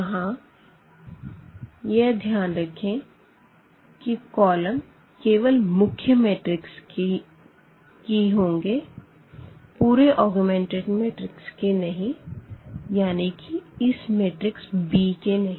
यहाँ यह ध्यान रखें की कॉलम केवल मुख्य मैट्रिक्स की होंगे पूरे ऑगमेंटेड मैट्रिक्स के नहीं यानी की यह इस मैट्रिक्स b के नहीं